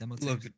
Look